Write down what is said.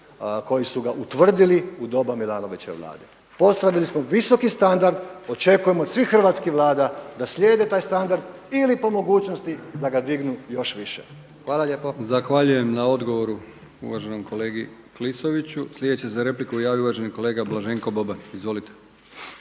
koji su ga utvrdili u doba Milanovićeve Vlade. Postavili smo visoki standard. Očekujem od svih hrvatskih Vlada da slijede taj standard ili po mogućnosti da ga dignu još više. Hvala lijepo. **Brkić, Milijan (HDZ)** Hvala lijepa na odgovoru uvaženom kolegi Klisoviću. Sljedeći se za repliku javio uvaženi kolega Blaženko Boban. Izvolite.